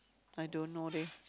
I don't know leh